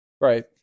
right